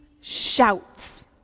shouts